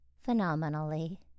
phenomenally